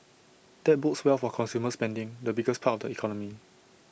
that bodes well for consumer spending the biggest part of the economy